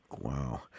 Wow